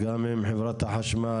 גם עם חברת החשמל,